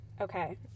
okay